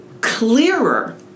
clearer